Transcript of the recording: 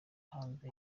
hanze